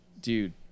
Dude